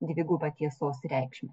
dvigubą tiesos reikšmę